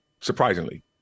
surprisingly